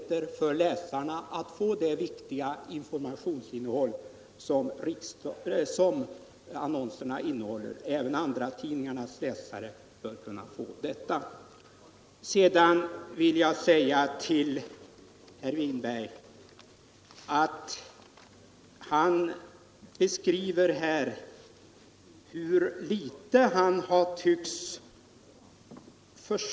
Herr talman! På den sista frågan vill jag svara att jag aldrig har talat för annonsskatt därför att annonser inte är bra. Jag har medverkat till att annonsskatten här i riksdagen fick en utformning som är fördelaktig för dagspressen i förhållande till annan press. Den inställningen är alltså från min sida fullt konsekvent, och jag räknar med att det här förslaget är till för att skapa möjligheter för läsarna att få den viktiga information som annonserna innehåller. Även andratidningarnas läsare bör kunna få detta.